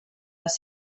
les